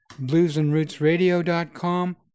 bluesandrootsradio.com